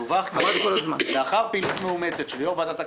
דווח: "לאחר פעילות מאומצת של יו"ר ועדת הכספים,